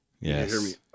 Yes